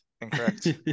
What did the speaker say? Incorrect